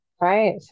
Right